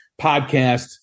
podcast